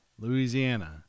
Louisiana